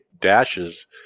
dashes